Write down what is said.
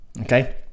okay